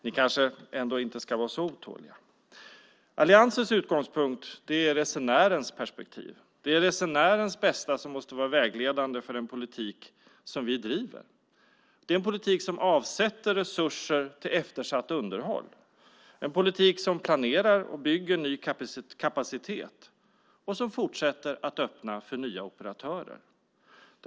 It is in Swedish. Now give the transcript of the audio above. Ni kanske inte ska vara så otåliga. Alliansens utgångspunkt är resenärens perspektiv. Det är resenärens bästa som måste vara vägledande för den politik som vi driver. Det är en politik där vi avsätter resurser till eftersatt underhåll, planerar och bygger ny kapacitet och fortsätter att öppna för nya operatörer.